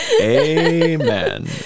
Amen